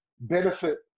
benefit